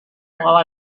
while